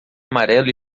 amarelo